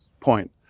point